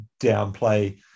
downplay